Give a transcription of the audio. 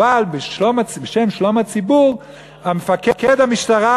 אבל בשם שלום הציבור מפקד המשטרה,